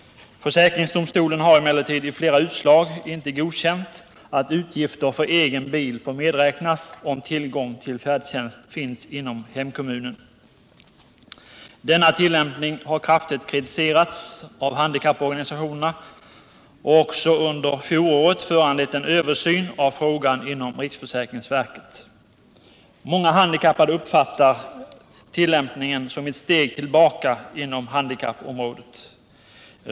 Försäkringsdomstolen har emellertid i flera utslag inte godkänt att utgifter för egen bil får medräknas om tillgång till färdtjänst finns inom hemkommunen. Denna tillämpning har kraftigt kritiserats av handikapporganisationerna och också under fjolåret föranlett en översyn av frågan inom riksförsäkringsverket. Många handikappade uppfattar tillämpningen som ett steg tillbaka inom handikappområdet.